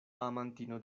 amantino